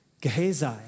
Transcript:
Gehazi